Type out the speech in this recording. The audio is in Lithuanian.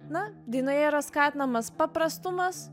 na dainoje yra skatinamas paprastumas